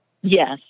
Yes